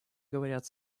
говорят